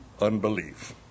unbelief